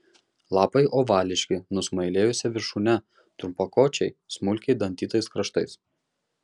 lapai ovališki nusmailėjusia viršūne trumpakočiai smulkiai dantytais kraštais